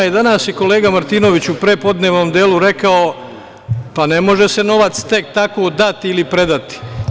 Danas je kolega Martinović u prepodnevnom delu rekao da se ne može novac tek tako dati ili predati.